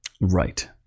Right